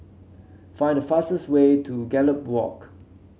find the fastest way to Gallop Walk